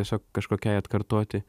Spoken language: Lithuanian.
tiesiog kažkokiai atkartoti